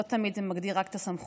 לא תמיד זה מגדיר רק את הסמכויות